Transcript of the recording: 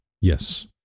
Yes